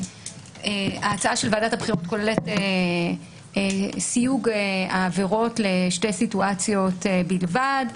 ההצעה של ועדת הבחירות כוללת סיוג העבירות לשתי סיטואציות בלבד,